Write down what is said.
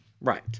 Right